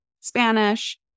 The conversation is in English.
Spanish